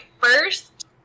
first